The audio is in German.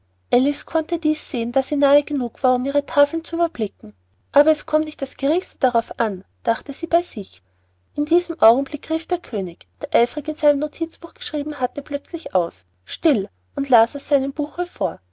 alice konnte dies sehen da sie nahe genug war um ihre tafeln zu überblicken aber es kommt nicht das geringste darauf an dachte sie bei sich in diesem augenblick rief der könig der eifrig in seinem notizbuch geschrieben hatte plötzlich aus still und las dann aus seinem buche vor